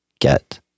get